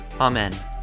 Amen